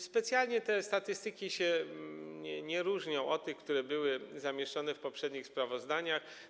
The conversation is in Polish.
Specjalnie te statystyki nie różnią się od tych, które były zamieszczone w poprzednich sprawozdaniach.